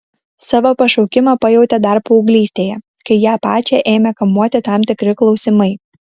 savo pašaukimą pajautė dar paauglystėje kai ją pačią ėmė kamuoti tam tikri klausimai